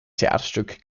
theaterstück